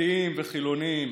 דתיים וחילונים,